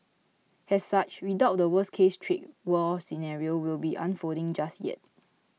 as such we doubt the worst case trade war scenario will be unfolding just yet